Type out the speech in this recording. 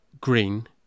green